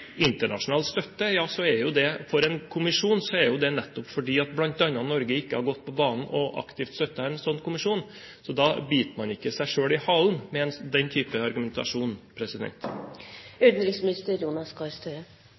nettopp fordi bl.a. Norge ikke har gått på banen og aktivt støttet en slik kommisjon. Biter man ikke da seg selv i halen med den type argumentasjon?